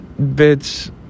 bitch